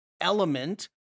element